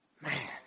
man